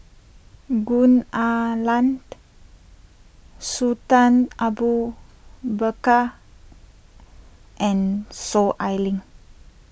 Gwee Ah Leng Sultan Abu Bakar and Soon Ai Ling